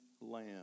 lamb